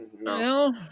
no